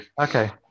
okay